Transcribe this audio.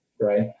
right